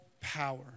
power